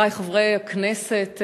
חברי חברי הכנסת,